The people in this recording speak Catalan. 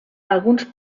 alguns